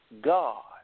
God